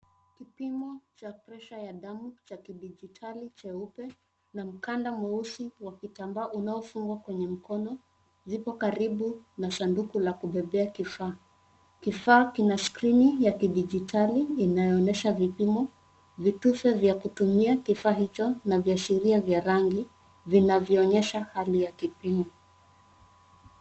Kipimo cha pressure ya damu cha kidijitali cheupe na mkanda mweusi wa kitambaa unaofungwa kwenye mkono zipo karibu na sanduku la kubebea kifaa. Kifaa kina skrini ya kidijitali inayoonyesha vipimo, vitufe vya kutumia kifaa hicho na viashiria vya rangi vinavyoonyesha hali ya kipimo.